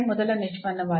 ಮೊದಲ ನಿಷ್ಪನ್ನವಾಗಿದೆ